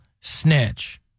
snitch